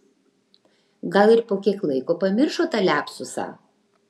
gal ir po kiek laiko pamiršo tą liapsusą